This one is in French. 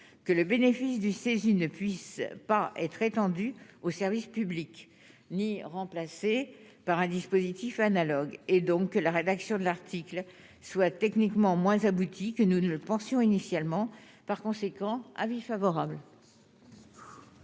que le bénéfice du saisis ne puisse pas être étendue aux services publics, ni remplacé par un dispositif analogue, et donc que la rédaction de l'article soit techniquement moins abouti que nous ne le pensions initialement par conséquent avis favorable.